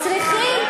צריכים,